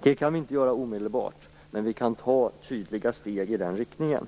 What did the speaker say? Det kan vi inte göra omedelbart, men vi kan ta tydliga steg i den riktningen.